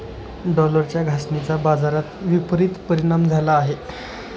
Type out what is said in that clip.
डॉलरच्या घसरणीचा बाजारावर विपरीत परिणाम झाला आहे